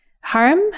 harm